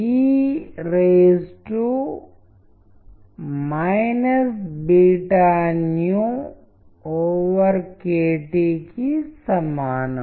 multimedia communication రంగంలోని exponents లో ఒకరైన రిచర్డ్ మేయర్ రిఫరెన్స్ లను మీరు ఈ స్లయిడ్ చివరిలో పొందుతారు